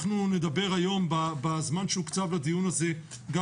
אנחנו נדבר היום בזמן שהוקצב לדיון הזה גם